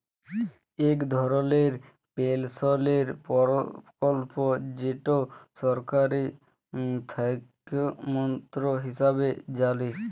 ইক ধরলের পেলশলের পরকল্প যেট সরকারি কার্যক্রম হিঁসাবে জালি